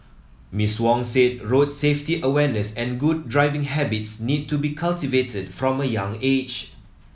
Miss Wong said road safety awareness and good driving habits need to be cultivated from a young age